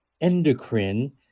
endocrine